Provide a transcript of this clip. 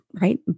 right